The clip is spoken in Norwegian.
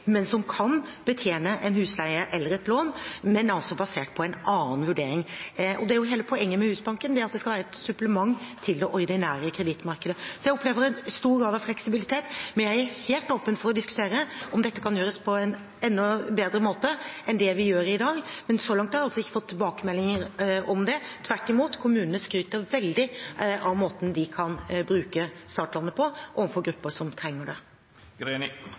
men som kan betjene en husleie eller et lån – men det er basert på en annen vurdering. Det er jo hele poenget med Husbanken, at det skal være et supplement til det ordinære kredittmarkedet. Så jeg opplever en stor grad av fleksibilitet, men jeg er helt åpen for å diskutere om dette kan gjøres på en enda bedre måte enn den vi gjør det på i dag. Men så langt har jeg altså ikke fått tilbakemeldinger om det. Tvert imot skryter kommunene veldig av måten de kan bruke startlånet på overfor grupper som trenger